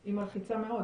היא מלחיצה מאוד,